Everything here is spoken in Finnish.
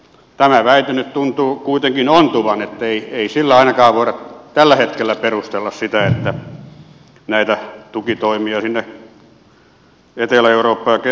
tämä väite tuntuu kuitenkin ontuvan niin ettei sillä ainakaan voida tällä hetkellä perustella sitä että näitä tukitoimia sinne etelä eurooppaan ja keski eurooppaan suunnataan